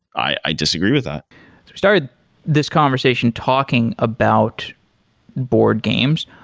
i disagree with that. we started this conversation talking about board games.